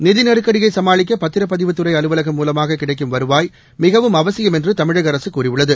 நிதிநெருக்கடியை சமாளிக்க பத்திரப்பதிவு துறை அலுவலகம் மூலமாக கிடைக்கும் வருவாய் மிகவும் அவசியம் என்று தமிழக அரசு கூறியுள்ளது